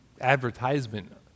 advertisement